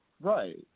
Right